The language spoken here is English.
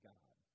God